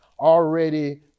already